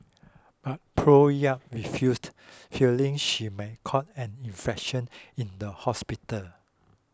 but Prof Yap refused fearing she might catch an infection in the hospital